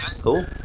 Cool